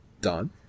done